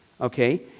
okay